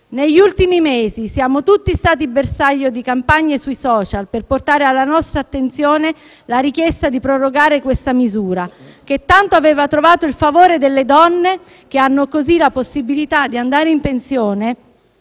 Negli ultimi mesi siamo stati tutti bersaglio di campagne sui *social* per portare alla nostra attenzione la richiesta di prorogare questa misura che tanto aveva trovato il favore delle donne, che hanno così la possibilità di andare in pensione